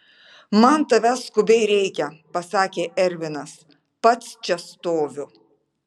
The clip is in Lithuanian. man tavęs skubiai reikia pasakė ervinas pats čia stoviu